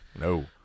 no